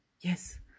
Yes